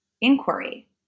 inquiry